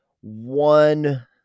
one